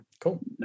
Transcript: cool